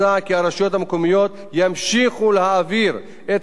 את חלקן במימון שירותי הכבאות במשך חמש שנים.